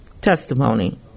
testimony